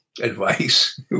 advice